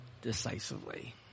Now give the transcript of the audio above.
decisively